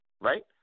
right